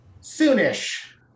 soon-ish